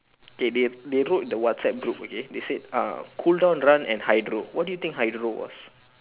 okay they they wrote in the whatsapp group okay they said uh cool down run and hydro what do you think hydro was